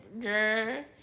Girl